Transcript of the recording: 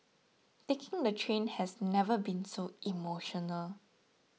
taking the train has never been so emotional